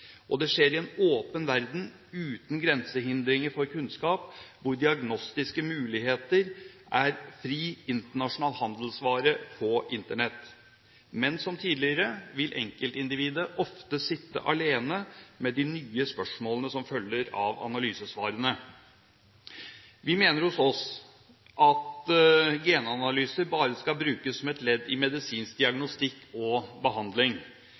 Det skjer i en åpen verden, uten grensehindringer for kunnskap, hvor diagnostiske muligheter er fri internasjonal handelsvare på Internett. Men som tidligere vil enkeltindividet ofte sitte alene med de nye spørsmålene som følger av analysesvarene. Vi mener hos oss at genanalyser bare skal brukes som et ledd i medisinsk diagnostikk og behandling.